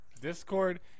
discord